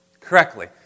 correctly